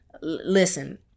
listen